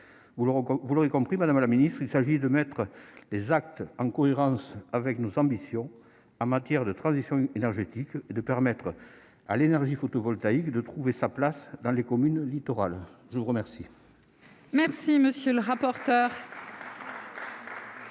Vous l'aurez compris, madame la secrétaire d'État, il s'agit de mettre nos actes en cohérence avec nos ambitions en matière de transition énergétique et de permettre à l'énergie photovoltaïque de trouver sa place dans les communes littorales. La parole est à Mme la secrétaire